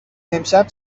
امشب